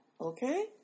Okay